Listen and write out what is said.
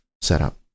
setup